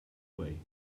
way